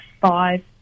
five